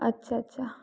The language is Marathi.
अच्छा अच्छा